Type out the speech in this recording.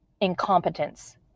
incompetence